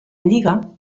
lliga